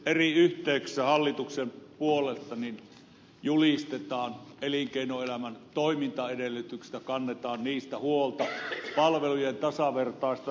eri yhteyksissä hallituksen puolelta julistetaan elinkeinoelämän toimintaedellytyksistä kannetaan niistä huolta ja palvelujen tasavertaisesta saatavuudesta